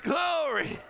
Glory